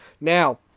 Now